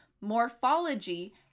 Morphology